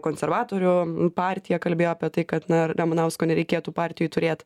konservatorių partija kalbėjo apie tai kad na ramanausko nereikėtų partijoj turėt